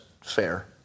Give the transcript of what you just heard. fair